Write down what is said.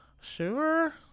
Sure